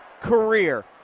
career